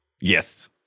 Yes